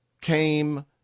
came